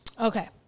Okay